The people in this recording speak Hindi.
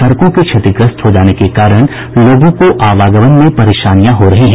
सड़कों के क्षतिग्रस्त हो जाने के कारण लोगों को आवागमन में परेशानियां हो रही हैं